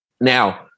Now